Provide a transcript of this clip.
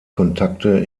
kontakte